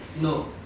No